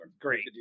Great